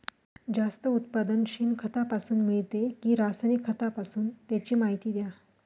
जास्त उत्पादन शेणखतापासून मिळते कि रासायनिक खतापासून? त्याची माहिती द्या